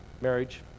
Marriage